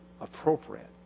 appropriate